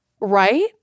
Right